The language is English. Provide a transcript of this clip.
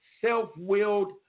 self-willed